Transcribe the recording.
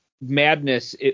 madness